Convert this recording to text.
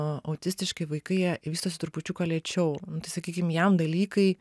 autistiški vaikai jie vystosi trupučiuką lėčiau nu tai sakykim jam dalykai